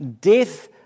Death